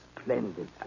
Splendid